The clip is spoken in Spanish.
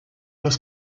los